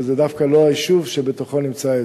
וזה דווקא לא היישוב שבתוכו נמצא האזור.